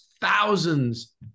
thousands